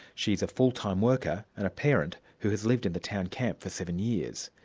she's a full-time worker and a parent who has lived in the town camp for seven years.